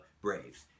Braves